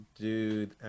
Dude